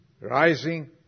rising